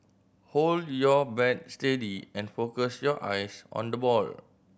hold your bat steady and focus your eyes on the ball